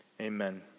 amen